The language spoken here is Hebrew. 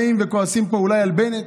באים וכועסים פה אולי על בנט,